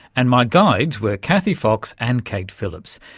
and my guides were kathy fox and kate phillips.